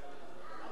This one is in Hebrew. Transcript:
המצג